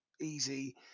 easy